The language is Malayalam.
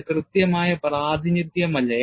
ഇത് കൃത്യമായ പ്രാതിനിധ്യമല്ല